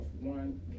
one